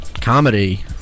comedy